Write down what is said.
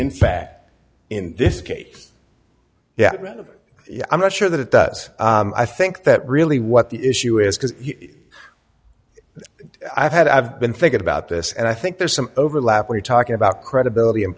in fact in this case yeah yeah i'm not sure that it does i think that really what the issue is because i've had i've been thinking about this and i think there's some overlap we're talking about credibility